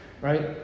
Right